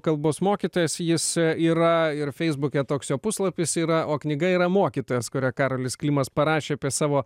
kalbos mokytojas jis yra ir feisbuke toks jo puslapis yra o knyga yra mokytojas kurio karolis klimas parašė apie savo